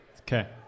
Okay